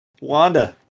Wanda